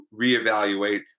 reevaluate